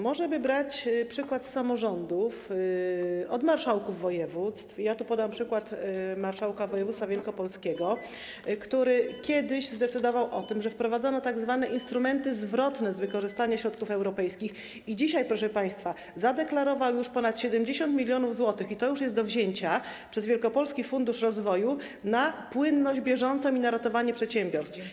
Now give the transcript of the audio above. Może by brać przykład z samorządów, od marszałków województw, podam przykład marszałka województwa wielkopolskiego, który kiedyś zdecydował o tym, że wprowadzono tzw. instrumenty zwrotne z wykorzystania środków europejskich i dzisiaj, proszę państwa, zadeklarował już ponad 70 mln zł, i to już jest do wzięcia, przez Wielkopolski Fundusz Rozwoju na płynność bieżącą i na ratowanie przedsiębiorstw.